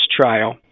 trial